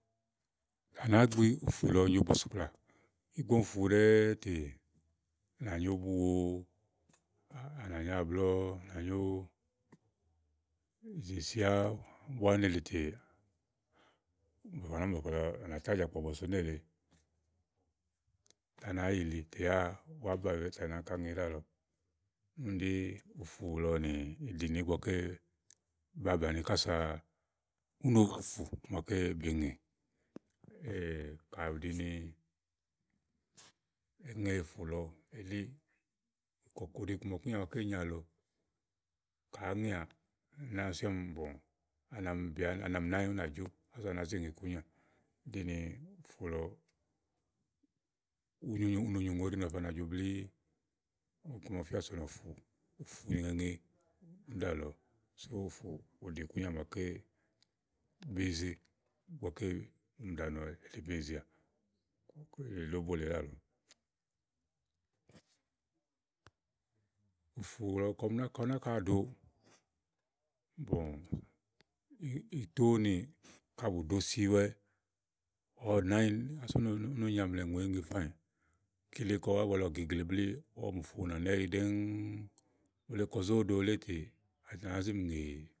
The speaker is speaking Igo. Ànà gbi ùfù lɔ nyo bɔ̀sikplà. Ìgbɔ ùni fu ɖɛ̀ɛ̀ tè ànà nyo bùwo à nà nyo àblɔ̀ɔ, à nà nyo ìzèsía búà néle tè à nà ta Jàkpɔ̀bɔ so nélée té à nà yì yili yà wù à bàayu ɖàlɔ tè kàsa à nàáká ŋe ɖàlɔ. Ùni ùfù lɔ ní ɖìnè ígbɔké babàni kàsa ùne wùlì ùfù maké be ŋè. Kàyi ù ɖini èé ŋe ùfù lɔ wulé ùɖi ikùnya maké nyáàlɔ.À nà mi nanyi ú nà jó kàsa à nà ƶi ŋè i kùnyà dini ùfù lɔ na fana nyo ùŋò òdi ú na fana blii. i ku màa ɔ mi fia sònià ùfù iŋeŋe édi dálɔ úni ùfù ùdi ikùnya maké be yi ze igbɔké ɔmi fiá ni lóbó lèe dààlg. ùfù lɔ kàyi ɔwɛ nàka do ùtòo ni kà yi bù do si ɔwɛ nányi kàsa ù ne yi lé ŋe fàny kile kàyi àbua lɔ geg le úni ɔwɛ m ùfù nana idi dɛ̃ɛ̃ úni kɔzó do ulé tè à nàá zim ŋé.